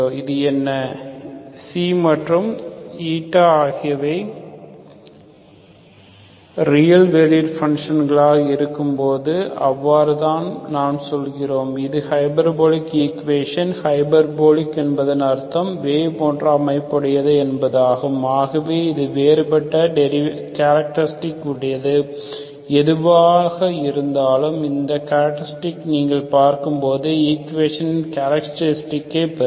இது என்ன and ஆகியவை ரியல் வேல்யூ பான்ஷன்களாக இருக்கும்போது அவ்வாறு தான் நாம் சொல்கிறோம்இது ஹைபர்போலிக் ஈக்குவேஷன் ஹைபர்போலிக் என்பதன் அர்த்தம் வேவ் போன்ற அமைப்புடையது என்பதாகும் ஆகவே இது வேறுபட்ட கேரக்டரிஸ்டிக் உடையது எதுவாயிருந்தாலும் அந்தக் கேரக்டர்ஸ்டிக் நீங்கள் பார்க்கும்போது ஈக்குவேஷனின் கேரக்டரிஸ்டிக் பெறும்